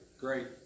great